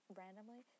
randomly